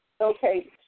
Okay